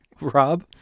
Rob